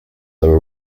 are